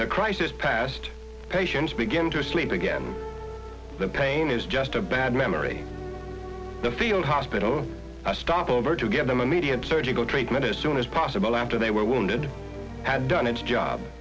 the crisis past patients begin to sleep again the pain is just a bad memory the field hospital a stopover to give them immediate surgical treatment as soon as possible after they were wounded had done its job